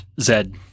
Zed